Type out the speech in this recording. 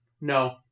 No